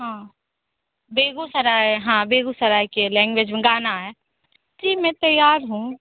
हाँ बेगूसराय हाँ बेगूसराय की लैंग्वेज में गाना है जी मैं तैयार हूँ